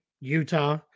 Utah